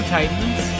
Titans